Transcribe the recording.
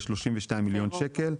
ב-32 מיליון שקל.